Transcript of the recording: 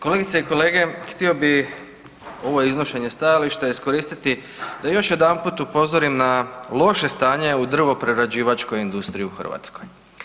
Kolegice i kolege htio bi ovo iznošenje stajališta iskoristiti da još jedanput upozorim na loše stanje u drvoprerađivačkoj industriji u Hrvatskoj.